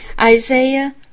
Isaiah